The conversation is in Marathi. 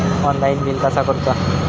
ऑनलाइन बिल कसा करुचा?